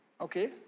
okay